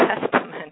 Testament